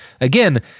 again